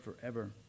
forever